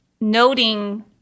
noting